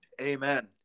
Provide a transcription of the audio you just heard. Amen